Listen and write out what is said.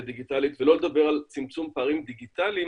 דיגיטלית ולא לדבר על צמצום פערים דיגיטליים